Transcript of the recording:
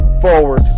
forward